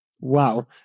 Wow